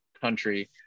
country